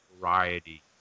variety